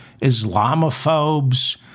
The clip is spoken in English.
Islamophobes